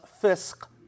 fisk